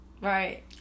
Right